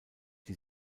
die